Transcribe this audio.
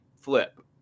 flip